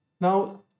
Now